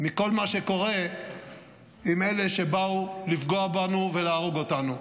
מכל מה שקורה עם אלה שבאו לפגוע בנו ולהרוג אותנו.